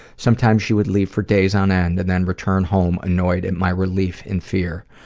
sometimes she would leave for days on end and then return home, annoyed at my relief and fear.